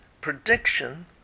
prediction